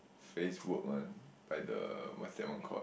Facebook one like the WhatsApp one called